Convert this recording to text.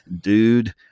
dude